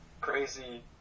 crazy